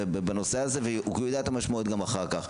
בנושא הזה כי הוא יודע את המשמעות גם אחר כך.